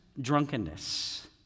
drunkenness